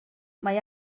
mae